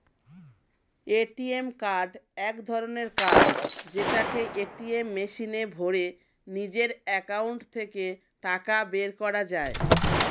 ATM card এক ধরণের card যেটাকে এটিএম মেশিনে ভরে নিজের একাউন্ট থেকে টাকা বের করা যায়